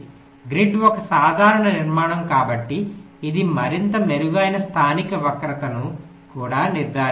grid ఒక సాధారణ నిర్మాణం కాబట్టి ఇది మరింత మెరుగైన స్థానిక వక్రతను కూడా నిర్ధారిస్తుంది